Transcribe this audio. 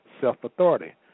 self-authority